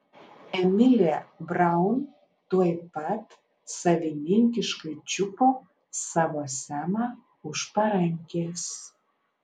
emilė braun tuoj pat savininkiškai čiupo savo semą už parankės